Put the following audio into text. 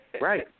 Right